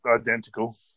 identical